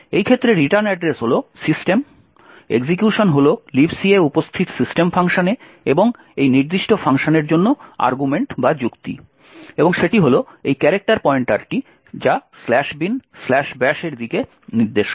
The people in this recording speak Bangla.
এই ক্ষেত্রে রিটার্ন অ্যাড্রেস হল সিস্টেম এক্সিকিউশন হল Libc এ উপস্থিত সিস্টেম ফাংশনে এবং এই নির্দিষ্ট ফাংশনের জন্য যুক্তি হল এই ক্যারেক্টার পয়েন্টারটি binbash এর দিকে নির্দেশ করে